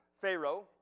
Pharaoh